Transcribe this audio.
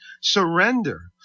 surrender